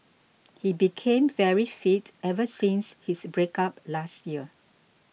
he became very fit ever since his breakup last year